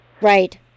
Right